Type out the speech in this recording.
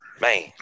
man